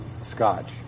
Scotch